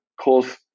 cause